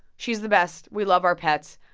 she's the best. we love our pets.